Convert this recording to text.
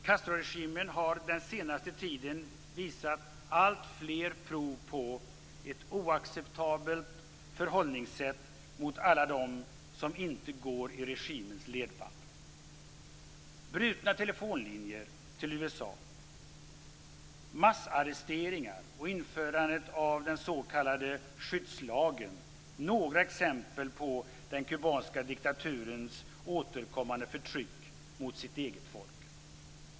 Castroregimen har den senaste tiden visat alltfler prov på ett oacceptabelt förhållningssätt mot alla dem som inte går i regimens ledband. Brutna telefonlinjer till USA, massarresteringar och införandet av den s.k. skyddslagen är några exempel på den kubanska diktaturens återkommande förtryck av sitt eget folk.